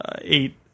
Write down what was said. eight